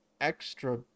extra